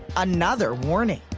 another warning.